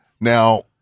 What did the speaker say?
Now